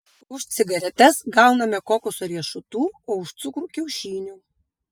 už cigaretes gauname kokoso riešutų o už cukrų kiaušinių